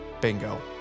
Bingo